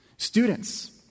Students